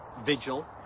Vigil